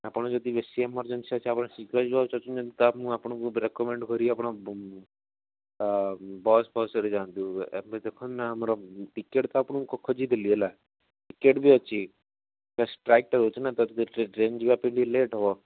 ଆପଣ ଯଦି ବେଶୀ ଏମରଜେନ୍ସି ଅଛି ଆପଣ ଶୀଘ୍ର ଯିବାକୁ ଚାହୁଁଛନ୍ତି ତାହେଲେ ମୁଁ ଆପଣଙ୍କୁ ରେକମେଣ୍ଡ କରିବି ବସ୍ଫସ୍ରେ ଯାଆନ୍ତୁ ଏବେ ଦେଖନ୍ତୁ ନା ଆମର ଟିକେଟ୍ ତ ଆପଣଙ୍କୁ ଖୋଜିଦେଲି ହେଲା ଟିକେଟ୍ ବି ଅଛି ହେଲେ ଷ୍ଟ୍ରାଇକ୍ଟା ବି ରହୁଛି ନା ଆଉ ଟ୍ରେନ୍ ଯିବା ବି ଟିକିଏ ଲେଟ୍ ହେବ